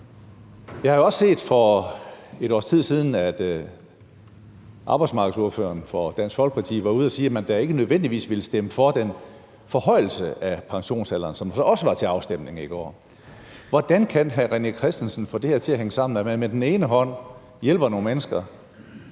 Jeg har også for et års tid siden set, at arbejdsmarkedsordføreren for Dansk Folkeparti var ude at sige, at man da ikke nødvendigvis ville stemme for den forhøjelse af pensionsalderen, som så også var til afstemning i går. Hvordan kan hr. René Christensen få det til at hænge sammen, at man med den ene hånd hjælper nogle mennesker